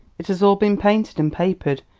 it has all been painted and papered,